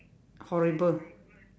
horrible